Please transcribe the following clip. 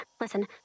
listen